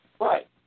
Right